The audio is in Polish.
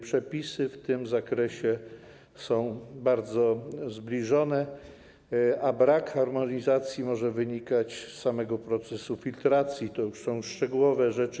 Przepisy w tym zakresie są bardzo zbliżone, a brak harmonizacji może wynikać z samego procesu filtracji, to już są szczegółowe rzeczy.